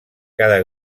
cada